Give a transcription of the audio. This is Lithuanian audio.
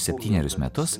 septynerius metus